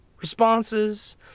responses